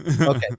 Okay